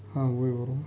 ہاں وہی بول رہا ہوں